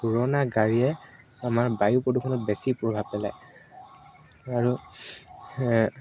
পুৰণা গাড়ীয়ে আমাৰ বায়ু প্ৰদূষণত বেছি প্ৰভাৱ পেলায় আৰু